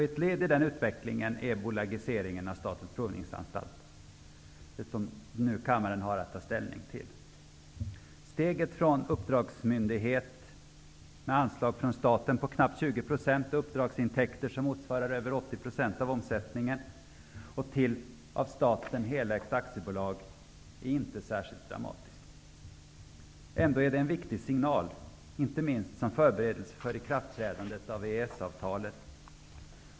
Ett led i denna utveckling är bolagiseringen av Statens provningsanstalt, som kammaren nu har att ta ställning till Steget från uppdragsmyndighet, med anslag från staten på knappt 20 % och uppdragsintäkter som motsvarar över 80 % av omsättningen, till av staten helägt aktiebolag är inte särskilt dramatiskt. Ändå är det en viktig signal, inte minst som förberedelse för ikraftträdandet av EES-avtalet.